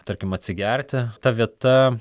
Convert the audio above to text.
tarkim atsigerti ta vieta